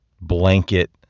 blanket